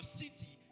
city